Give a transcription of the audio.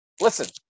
listen